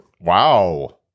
Wow